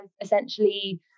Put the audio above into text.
essentially